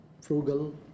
frugal